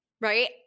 right